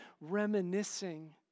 reminiscing